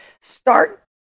start